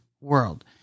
world